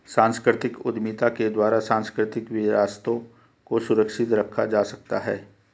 सांस्कृतिक उद्यमिता के द्वारा सांस्कृतिक विरासतों को सुरक्षित रखा जा सकता है